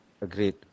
Agreed